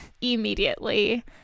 immediately